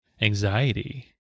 anxiety